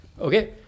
okay